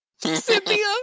Cynthia